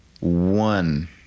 one